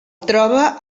troba